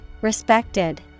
Respected